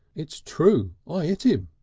it's true i hit him.